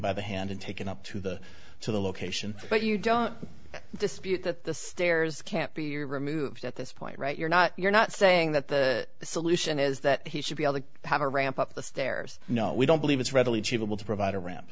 by the hand and taken up to the to the location but you don't dispute that the stairs can't be removed at this point right you're not you're not saying that the solution is that he should be able to have a ramp up the stairs no we don't believe it's readily achievable to provide a